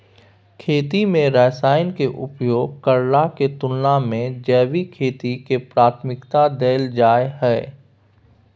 खेती में रसायन के उपयोग करला के तुलना में जैविक खेती के प्राथमिकता दैल जाय हय